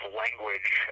language